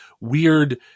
weird